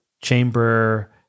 chamber